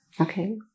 Okay